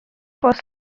was